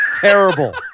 terrible